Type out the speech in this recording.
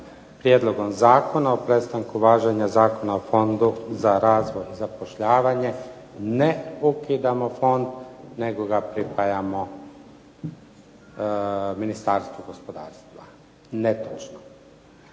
Prijedlogom zakona o prestanku važenja Zakona o Fondu za razvoj i zapošljavanje ne ukidamo fond nego ga pripajamo Ministarstvu gospodarstva. Netočno.